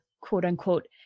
quote-unquote